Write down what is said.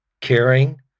caring